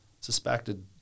suspected